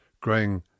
growing